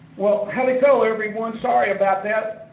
well haliko everyone. sorry about that,